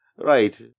Right